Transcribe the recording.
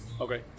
Okay